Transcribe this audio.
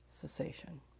cessation